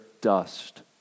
dust